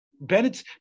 Bennett